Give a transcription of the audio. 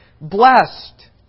blessed